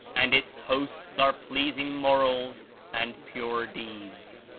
and its hosts are pleasing morals and pure deeds.